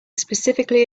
specifically